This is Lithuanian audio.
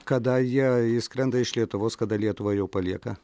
kada jie išskrenda iš lietuvos kada lietuvą jau palieka